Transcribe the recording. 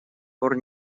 пор